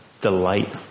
delight